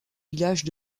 villages